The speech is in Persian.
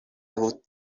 بود